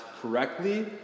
correctly